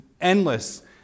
endless